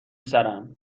سرم